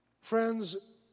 Friends